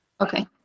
okay